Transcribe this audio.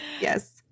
Yes